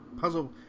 puzzle